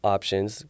Options